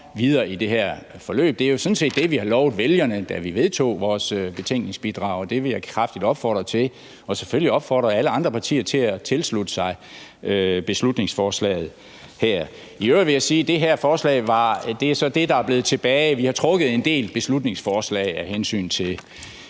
videre i det her forløb. Det er jo sådan set det, vi har lovet vælgerne, da vi vedtog vores betænkningsbidrag, og jeg vil kraftigt opfordre alle andre partier til at tilslutte sig beslutningsforslaget her. I øvrigt vil jeg sige, at det her forslag er det forslag, der er blevet tilbage. Vi har trukket en del beslutningsforslag tilbage, som